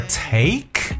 take